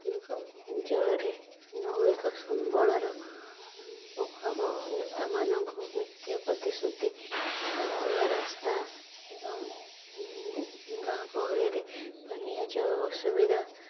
ଦୁର୍ଗମ ଅଞ୍ଚଳରେ ମୌଳିକ ସମ୍ବଳର ଅଭାବ ନେତାମାନଙ୍କୁ ମିଥ୍ୟା ପ୍ରତିଶ୍ରୁତି କାଦୁଅ ରାସ୍ତା ଏବଂ ଗାଁ ଗହଳିରେ ପାନୀୟ ଜଳ ଅସୁବିଧା